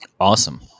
Awesome